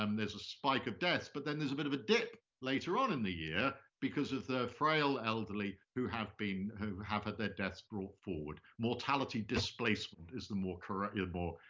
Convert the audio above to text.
um there's a spike of deaths, but then there's a bit of a dip later on in the year because of the frail elderly who have been, who have had their deaths brought forward. mortality displacement is the more correct, yeah the more,